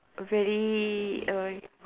very um